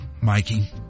Mikey